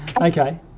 okay